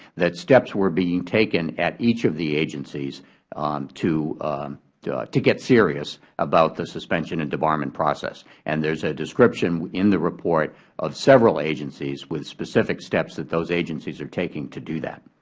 that steps were being taken at each of the agencies um to to get serious about the suspension and debarment process. and there is a description in the report of several agencies with specific steps that those agencies are taking to do that.